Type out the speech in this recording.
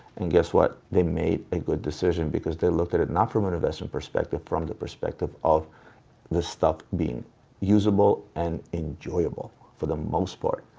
and guess what? they made a good decision because they looked at it, not from an investment perspective from the perspective of the stuff being usable and enjoyable, for the most part.